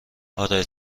اره